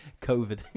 covid